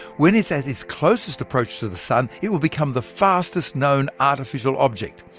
when it's at its closest approach to the sun, it will become the fastest known artificial object,